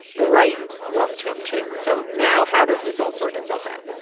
the right loved him too. so now how does this all sort itself out?